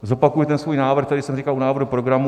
Zopakuji ten svůj návrh, který jsem říkal k návrhu programu.